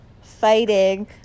fighting